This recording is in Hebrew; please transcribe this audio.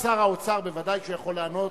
ודאי שהוא יכול לענות,